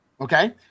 Okay